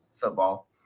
football